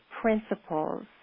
principles